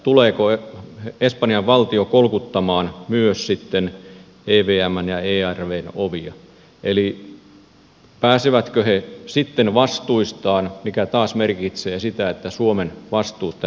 tuleeko espanjan valtio sitten kolkuttamaan myös evmn ja ervvn ovia eli pääsevätkö he sitten vastuistaan mikä taas merkitsee sitä että suomen vastuut tässä kasvavat